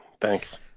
thanks